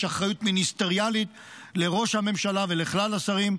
יש אחריות מיניסטריאלית לראש הממשלה ולכלל השרים,